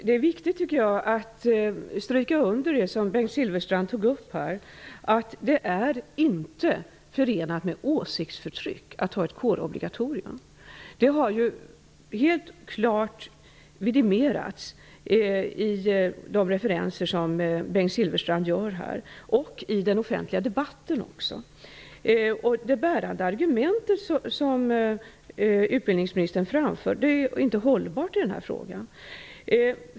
Herr talman! Jag tycker att det är viktigt att understryka det som Bengt Silfverstrand tog upp, nämligen att det inte är förenat med åsiktsförtryck att ha ett kårobligatorium. Detta har ju helt klart framgått av de referenser som Bengt Silfverstrand gjorde här -- och även av den offentliga debatten. Utbildningsministerns bärande argument är inte hållbart i denna fråga.